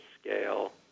scale